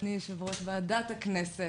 אדוני יושב-ראש ועדת הכנסת,